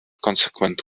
consequent